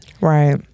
Right